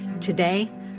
Today